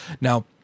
now